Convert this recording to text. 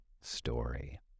story